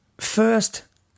First